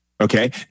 Okay